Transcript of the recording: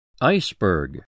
Iceberg